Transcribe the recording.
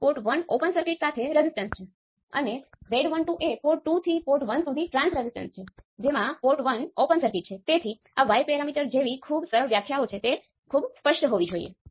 તેથી આ લેશન માટે એક્ટિવીટી પ્રશ્નમાં આનો સામનો કરવામાં આવે છે કૃપા કરીને તે દરેકમાંથી પસાર થાઓ અને તેમના વિશે કાળજીપૂર્વક વિચારો